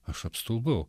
aš apstulbau